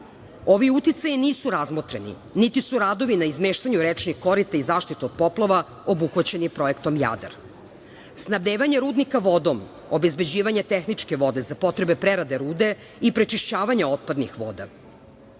uticaji nisu razmotreni, niti su radovi na izmeštanju rečnih korita i zaštitu od poplava obuhvaćeni projektom Jadar. Snabdevanje rudnika voda, obezbeđivanje tehničke vode za potrebe prerade rude i prečišćavanje otpadnih voda